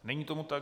Není tomu tak.